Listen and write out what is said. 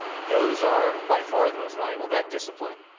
those are by far the most valuable. that discipline